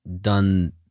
done